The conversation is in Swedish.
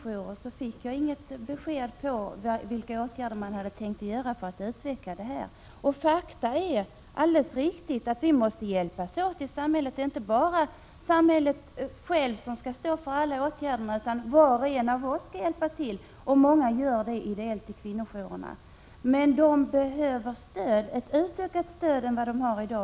Jag fick inget besked om vad man har tänkt göra för att utveckla stödet till kvinnohus och kvinnojourer. Det är riktigt att samhället inte självt kan stå för alla åtgärder, vi måste alla hjälpa till. Och många gör det ideellt i kvinnojourerna. Men de behöver mer stöd än de har i dag.